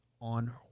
on